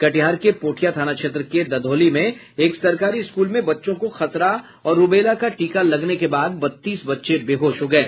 कटिहार के पोठिया थाना क्षेत्र के धधोली में एक सरकारी स्कूल में बच्चों को खसरा और रूबेला का टीका लगने के बाद बत्तीस बच्चे बेहोश हो गये